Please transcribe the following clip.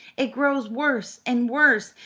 it grows worse and worse.